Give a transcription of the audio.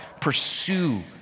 pursue